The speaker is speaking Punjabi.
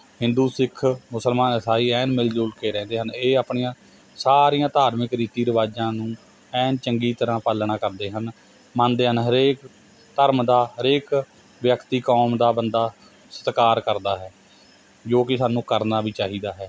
ਹਿੰਦੂ ਸਿੱਖ ਮੁਸਲਮਾਨ ਈਸਾਈ ਐਨ ਮਿਲਜੁਲ ਕੇ ਰਹਿੰਦੇ ਹਨ ਇਹ ਆਪਣੀਆਂ ਸਾਰੀਆਂ ਧਾਰਮਿਕ ਰੀਤੀ ਰਿਵਾਜਾਂ ਨੂੰ ਐਨ ਚੰਗੀ ਤਰ੍ਹਾਂ ਪਾਲਣਾ ਕਰਦੇ ਹਨ ਮੰਨਦੇ ਹਨ ਹਰੇਕ ਧਰਮ ਦਾ ਹਰੇਕ ਵਿਅਕਤੀ ਕੌਮ ਦਾ ਬੰਦਾ ਸਤਿਕਾਰ ਕਰਦਾ ਹੈ ਜੋ ਕਿ ਸਾਨੂੰ ਕਰਨਾ ਵੀ ਚਾਹੀਦਾ ਹੈ